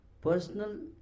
personal